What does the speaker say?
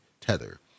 Tether